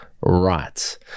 right